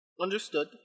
Understood